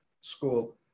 school